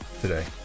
today